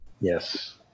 Yes